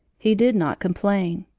he did not complain,